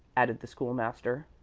added the school-master.